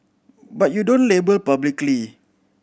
but you don't label publicly